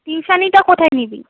টিউশনটা কোথায় নিবি